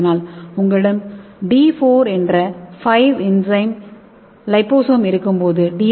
ஆனால் உங்களிடம் D 4 N 5 enzyme liposome இருக்கும்போது டி